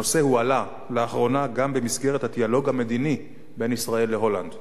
הנושא הועלה לאחרונה גם במסגרת הדיאלוג המדיני בין ישראל להולנד,